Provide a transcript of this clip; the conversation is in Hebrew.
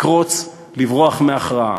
לקרוץ, לברוח מהכרעה.